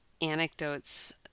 anecdotes